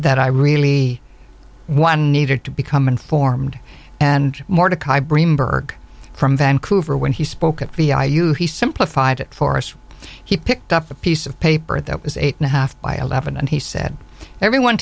that i really one needed to become informed and mordechai bream burke from vancouver when he spoke at vi you he simplified it for us he picked up a piece of paper that was eight and a half by eleven and he said everyone